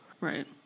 Right